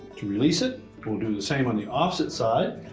to release it. we'll do the same on the opposite side